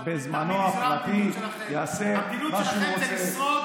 המדיניות שלכם זה לשרוד,